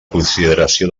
consideració